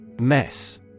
Mess